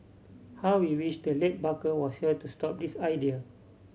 how we wish the late Barker was here to stop this idea